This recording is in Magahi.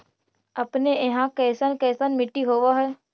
अपने यहाँ कैसन कैसन मिट्टी होब है?